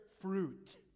fruit